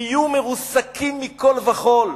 יהיו מרוסקים מכול וכול.